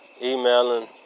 emailing